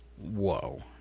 whoa